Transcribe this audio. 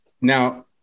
Now